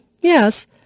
yes